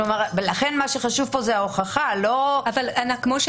לכן מה שחשוב כאן היא ההוכחה כמו שאמרנו,